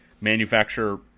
manufacture